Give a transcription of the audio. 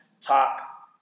talk